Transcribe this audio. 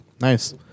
Nice